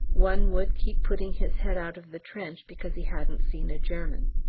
one would keep putting his head out of the trench because he hadn't seen a german.